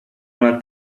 una